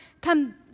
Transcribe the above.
come